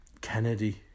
Kennedy